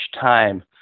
time